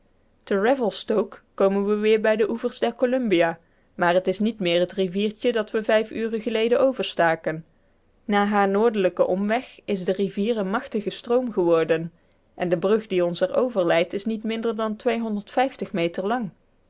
te revelstoke komen we weer bij de oevers der columbia maar t is niet meer het riviertje dat we vijf uren geleden overstaken na haren noordelijken omweg is de rivier een machtige stroom geworden en de brug die ons er over leidt is niet minder dan meter lang